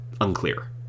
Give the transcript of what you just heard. unclear